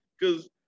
Because-